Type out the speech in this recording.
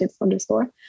underscore